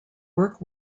work